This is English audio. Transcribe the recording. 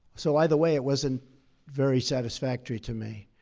so either way, it wasn't very satisfactory to me.